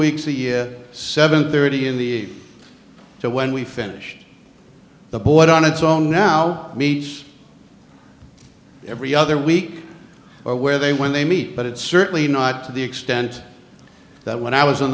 weeks a year seven thirty in the to when we finished the board on its own now meets every other week or where they when they meet but it's certainly not to the extent that when i was on